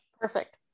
Perfect